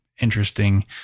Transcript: interesting